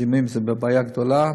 זיהומים הם בעיה גדולה,